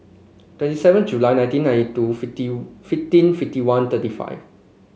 twenty seven July nineteen ninety two fifteen fifteen fifty one thirty five